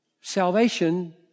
salvation